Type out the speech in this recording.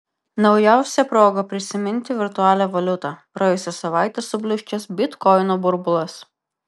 naujausia proga prisiminti virtualią valiutą praėjusią savaitę subliūškęs bitkoinų burbulas